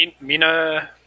Mina